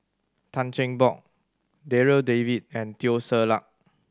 Tan Cheng Bock Darryl David and Teo Ser Luck